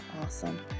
Awesome